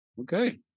Okay